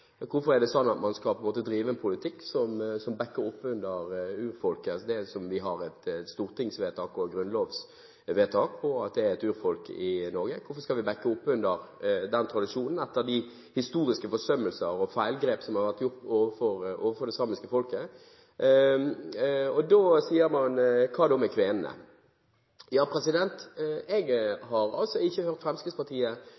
hvorfor det er sånn at samene skal ha styrkede rettigheter. Hvorfor er det sånn at man skal drive en politikk som bakker opp urfolket, som vi har et stortingsvedtak, et grunnlovsvedtak, om at er et urfolk i Norge? Hvorfor skal vi bakke opp den tradisjonen, etter de historiske forsømmelser og feilgrep som har vært gjort overfor det samiske folket? Da sier man: Hva med kvenene? Jeg